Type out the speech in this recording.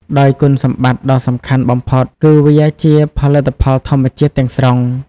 ដោយគុណសម្បត្តិដ៏សំខាន់បំផុតគឺវា ជាផលិតផលធម្មជាតិ ទាំងស្រុង។